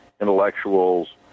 intellectuals